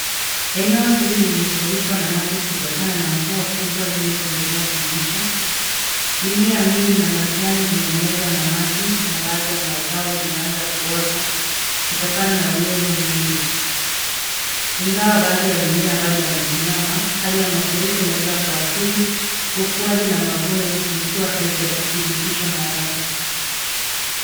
Eneo hili limefurikwa na maji kutokana na mvua kubwa zinazoendelea kunyesha. Mimea mingi na majani zimemezwa na maji na baadhi ya mazao zimeanza kuoza kutokana na unyevu nyingi. Ingawa baadhi ya mimea bado yamesimama hali ya mafuriko inaweza kuathiri ukuaji na mavuno likiwa halijadhibitishwa na haraka.